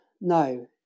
no